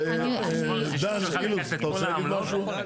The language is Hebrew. דן אילוז, אתה רוצה להגיד משהו?